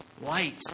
light